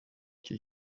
icyo